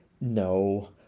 no